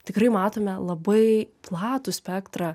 tikrai matome labai platų spektrą